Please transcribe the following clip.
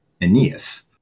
Aeneas